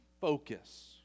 focus